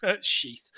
Sheath